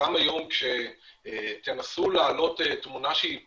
גם היום כשתנסו להעלות תמונה שהיא פוגענית,